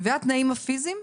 והתנאים הפיזיים.